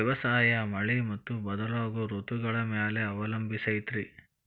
ವ್ಯವಸಾಯ ಮಳಿ ಮತ್ತು ಬದಲಾಗೋ ಋತುಗಳ ಮ್ಯಾಲೆ ಅವಲಂಬಿಸೈತ್ರಿ